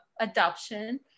adoption